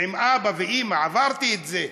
עם אבא ואימא עברתי את זה,